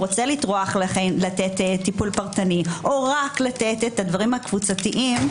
רוצה לטרוח לתת את הטיפול הפרטני או רק לתת את הדברים הקבוצתיים,